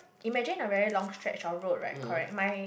imagine a very long stretch of road right correct my